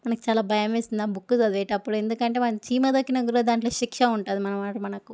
మనకి చాలా భయం వేస్తుంది ఆ బుక్ చదివేటప్పుడు ఎందుకంటే మనం చీమ తొక్కినా కూడా దాంట్లో శిక్ష ఉంటుందన్నమాట మనకు